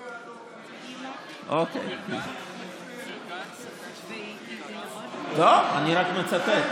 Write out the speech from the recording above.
זה לא יעזור גם אם תשמע --- אני רק מצטט,